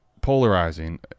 Polarizing